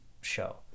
show